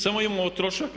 Samo imamo trošak.